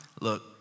look